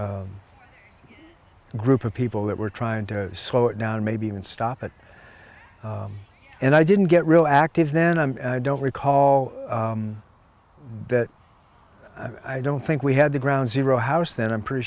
group of people that were trying to slow it down maybe even stop it and i didn't get real active then i don't recall that i don't think we had the ground zero house then i'm pretty